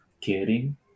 caring